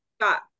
got